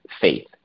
faith